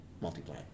Multiply